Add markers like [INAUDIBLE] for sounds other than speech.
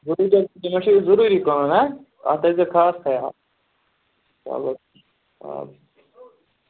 [UNINTELLIGIBLE] ضٔروٗری کٕنُن ہہ اَتھ تھٲیزیو خاص خیال چلو [UNINTELLIGIBLE]